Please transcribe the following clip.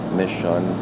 mission